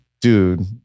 Dude